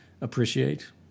appreciate